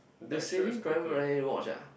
the saving private Ryan you watch ah